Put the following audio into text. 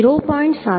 707 એટલે કે 4